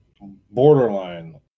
borderline